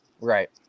right